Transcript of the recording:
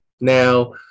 Now